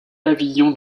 pavillon